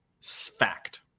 Fact